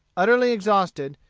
utterly exhausted,